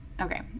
okay